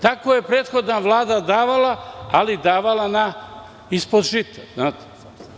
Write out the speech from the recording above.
Tako je prethodna Vlada davala, ali davala ispod žita.